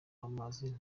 w’amazi